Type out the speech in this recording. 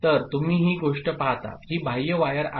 तर तुम्ही ही गोष्ट पाहता ही बाह्य वायर आहे